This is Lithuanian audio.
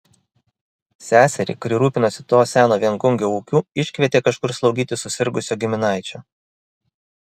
seserį kuri rūpinosi to seno viengungio ūkiu iškvietė kažkur slaugyti susirgusio giminaičio